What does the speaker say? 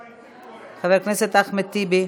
חבר הכנסת אחמד טיבי,